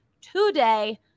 today